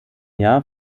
jahr